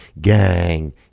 Gang